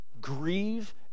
grieve